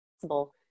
possible